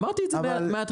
אמרתי את זה מהתחלה.